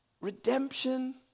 Redemption